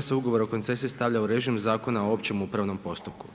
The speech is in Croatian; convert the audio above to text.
se ugovor o koncesiji stavlja u režim Zakona o općem upravnom postupku.